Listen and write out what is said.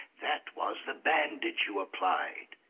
that was the bandage you applied.